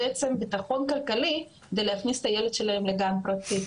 ביטחון כלכלי ויוכלו להכניס את הילד שלהם לגן פרטי.